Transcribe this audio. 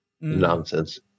nonsense